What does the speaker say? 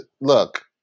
Look